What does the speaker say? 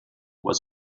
was